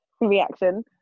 reaction